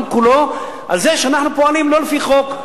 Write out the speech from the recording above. כולו על זה שאנחנו פועלים לא לפי חוק.